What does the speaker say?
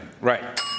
Right